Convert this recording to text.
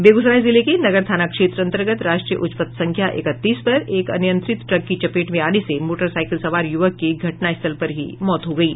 बेगूसराय जिले के नगर थाना क्षेत्र अन्तर्गत राष्ट्रीय उच्च पथ संख्या इकतीस पर एक अनियंत्रित ट्रक की चपेट में आने से मोटरसाईकिल सवार युवक की घटनास्थल पर ही मौत हो गयी